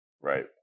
Right